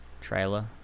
Trailer